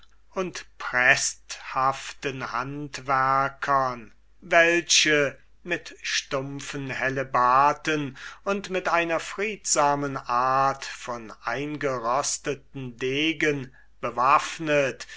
armen alten invalidenhandwerkern welche mit stumpfen hellebarten und mit einer friedsamen art von eingerosteten degen bewaffnet